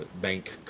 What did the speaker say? bank